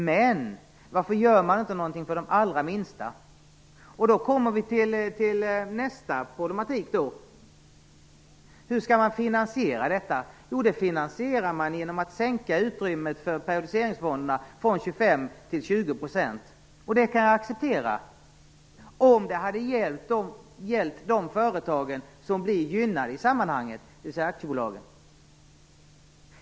Men varför gör man inte någonting för de allra minsta? Då kommer vi till nästa problematik. Hur skall man finansiera det? Jo, det finansierar man genom att minska utrymmet för periodiseringsfonderna från 25 % till 20 %. Det kan jag acceptera om det hade hjälpt de företag som blir gynnade i sammanhanget, dvs. aktiebolagen.